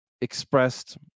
expressed